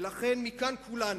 ולכן מכאן, כולנו,